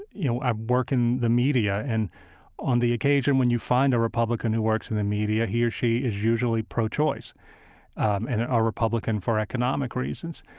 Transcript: you know, i work in the media, and on the occasion when you find a republican who works in the media he or she is usually pro-choice and a ah republican for economic reasons.